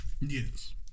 Yes